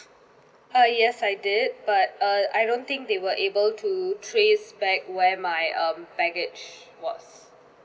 uh yes I did it but uh I don't think they were able to trace back where my um baggage was